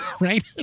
Right